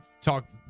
talk